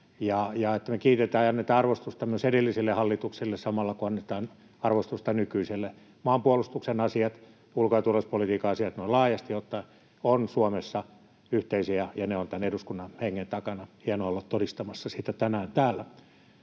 me kiitetään ja annetaan arvostusta myös edellisille hallituksille samalla, kun annetaan arvostusta nykyiselle. Maanpuolustuksen asiat ja ulko- ja turvallisuuspolitiikan asiat noin laajasti ottaen ovat Suomessa yhteisiä, ja ne ovat tämän eduskunnan hengen takana. Hienoa olla todistamassa sitä tänään täällä.